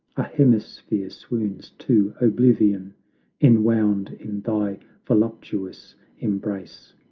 a hemisphere swoons to oblivion enwound in thy voluptuous embrace!